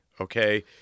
okay